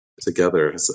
together